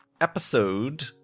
episode